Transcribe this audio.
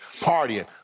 partying